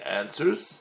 answers